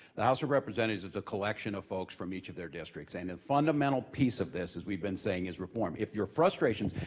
the house of representatives is a collection of folks from each of their districts, and a fundamental piece of this, as we've been saying, is reform. if your frustrations,